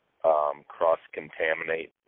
cross-contaminate